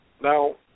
Now